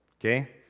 okay